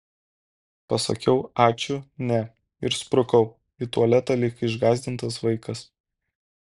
pasakiau ačiū ne ir sprukau į tualetą lyg išgąsdintas vaikas